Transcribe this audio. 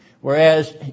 whereas